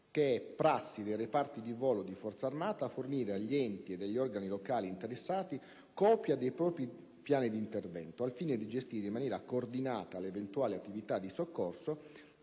che è prassi dei reparti di volo di Forza armata fornire agli enti ed agli organi locali interessati copia dei propri piani di intervento. Ciò, proprio al fine di gestire in maniera coordinata le eventuali attività di soccorso,